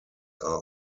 are